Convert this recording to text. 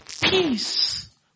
peace